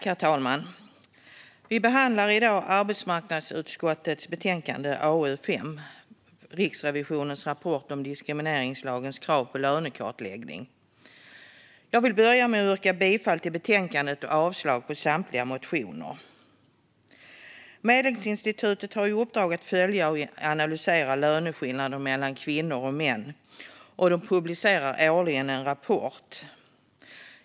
Herr talman! Vi behandlar i dag arbetsmarknadsutskottets betänkande AU5 Riksrevisionens rapport om diskrimineringslagens krav på lönekartläggning . Jag vill börja med att yrka bifall till utskottets förslag i betänkandet och avslag på samtliga motioner. Medlingsinstitutet har i uppdrag att följa upp och analysera löneskillnader mellan kvinnor och män, och man publicerar årligen en rapport.